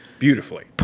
Beautifully